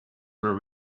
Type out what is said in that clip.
were